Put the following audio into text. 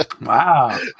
wow